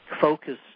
focus